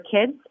kids